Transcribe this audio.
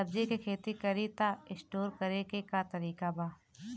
सब्जी के खेती करी त स्टोर करे के का तरीका बा?